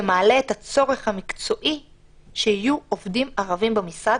זה מעלה את הצורך המקצועי שיהיו עובדים ערבים במשרד.